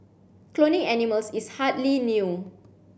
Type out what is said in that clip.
cloning animals is hardly new